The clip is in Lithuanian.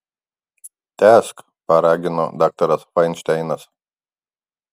tęsk paragino daktaras fainšteinas